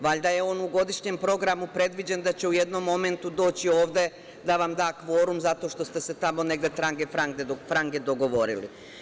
Valjda je on u godišnjem programu predviđen da će u jednom momentu doći ovde da vam da kvorum zato što ste se tamo negde, trange - frange dogovorili.